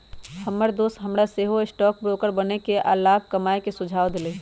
हमर दोस हमरा सेहो स्टॉक ब्रोकर बनेके आऽ लाभ कमाय के सुझाव देलइ